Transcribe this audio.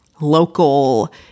local